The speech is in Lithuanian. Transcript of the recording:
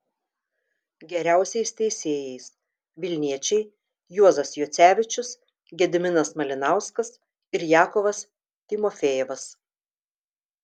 geriausiais teisėjais vilniečiai juozas juocevičius gediminas malinauskas ir jakovas timofejevas